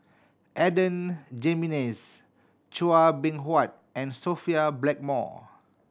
Adan Jimenez Chua Beng Huat and Sophia Blackmore